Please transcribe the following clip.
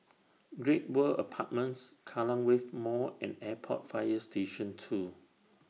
Great World Apartments Kallang Wave Mall and Airport Fire Station two